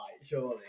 surely